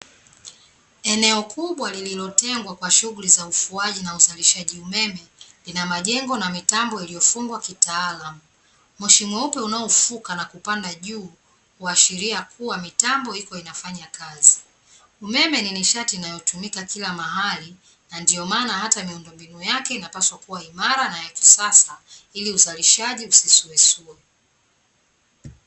Eneo kubwa, liloletengwa kwa shunguli ya ufuaji na uzwalishwaji umeme lina majengo na mitambo iliyofungwa kitaalamu . Moshi mweupe unaofuka na kupanda juu huashirika kuwa mitambo ipo inafanya kazi .umeme ni nishati inayotumika kila mahali na ndio maana hata miundombinu yake inapaswa kuwa na imara na ya kisasa ili uzalishwaji usisuesue .